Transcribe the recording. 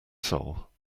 soul